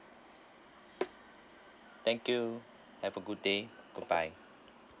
thank you have a good day goodbye